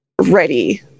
ready